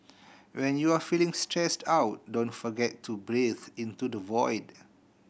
when you are feeling stressed out don't forget to breathe into the void